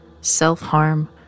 self-harm